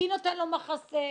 מי נותן לו מחסה?